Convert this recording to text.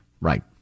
right